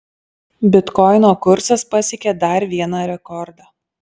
bitkoino kursas pasiekė dar vieną rekordą